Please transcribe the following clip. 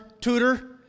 tutor